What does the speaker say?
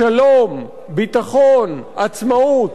שלום, ביטחון, עצמאות,